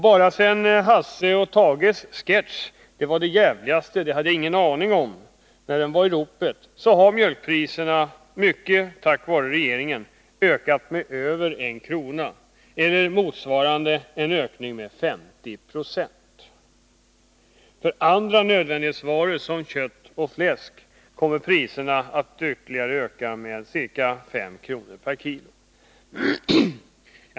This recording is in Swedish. Bara sedan Hasse och Tages sketch där man säger ”det var det djävligaste, det hade jag ingen aaning om” vari ropet, har mjölkpriset — mycket på grund av regeringen — ökat med över 1 kr. vilket motsvarar en ökning med 50 Ze. För andra nödvändighetsvaror som kött och fläsk kommer priserna att ytterligare öka med ca 5 kr. per kilo.